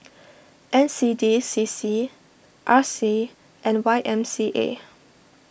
N C D C C R C and Y M C A